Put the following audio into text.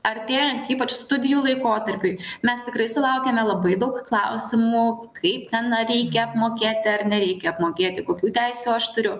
artėjant ypač studijų laikotarpiui mes tikrai sulaukiame labai daug klausimų kaip ten reikia apmokėti ar nereikia apmokėti kokių teisių aš turiu